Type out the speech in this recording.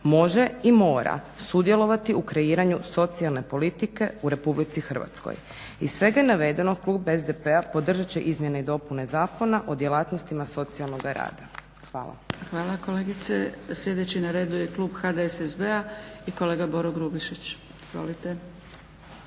može i mora sudjelovati u kreiranju socijalne politike u Republici Hrvatskoj. Iz svega navedenog klub SDP-a podržat će izmjene i dopuna Zakona o djelatnostima socijalnoga rada. Hvala. **Zgrebec, Dragica (SDP)** Hvala kolegice. Sljedeći na redu je klub HDSSB-a i kolega Boro Grubišić. Izvolite.